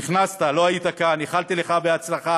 נכנסת, לא היית כאן, איחלתי לך הצלחה,